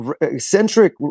eccentric